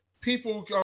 people